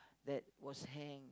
that was hanged